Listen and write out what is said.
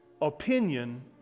Opinion